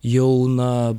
jau na